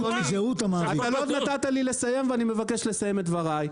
אתה לא נתת לי לסיים ואני מבקש לסיים את דבריי.